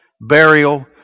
burial